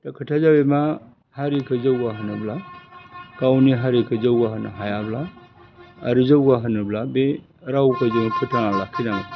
दा खोथाया जाहैबाय मा हारिखो जौगाहोनोब्ला गावनि हारिखो जौगाहोनो हायाब्ला आरो जौगाहोनोब्ला बे रावखौ जों फोथांना लाखिनांगो